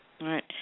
Right